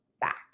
back